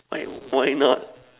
like why not